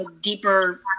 deeper